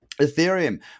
Ethereum